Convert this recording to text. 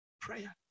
Prayer